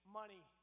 money